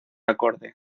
acorde